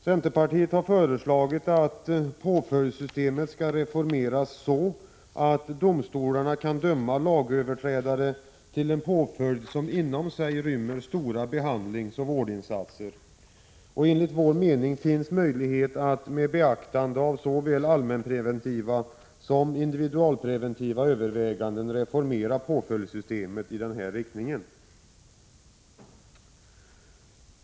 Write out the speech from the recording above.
Centerpartiet har föreslagit att påföljdssystemet skall reformeras så, att domstolarna kan döma lagöverträdare till en påföljd som inrymmer stora behandlingsoch vårdinsatser. Enligt vår mening finns möjlighet att med beaktande av såväl allmänpreventiva som individualpreventiva överväganden reformera påföljdssystemet i den riktningen.